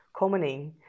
commoning